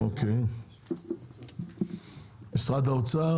משרד האוצר.